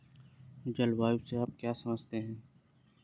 जलवायु से आप क्या समझते हैं?